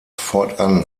fortan